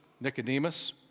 Nicodemus